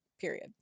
Period